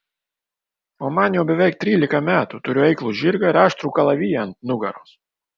o man jau beveik trylika metų turiu eiklų žirgą ir aštrų kalaviją ant nugaros